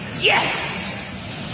Yes